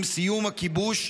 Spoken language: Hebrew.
עם סיום הכיבוש,